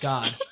God